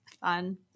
fun